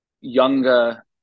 younger